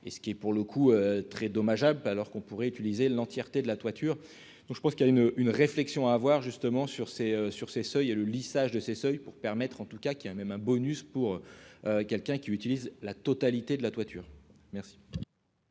et ce qui est pour le coup très dommageable alors qu'on pourrait utiliser l'entièreté de la toiture, donc je pense qu'il y a une une réflexion à avoir justement sur ces, sur ces seuils et le lissage de ces seuils, pour permettre en tout cas, qui a même un bonus pour quelqu'un qui utilise la totalité de la toiture. Merci.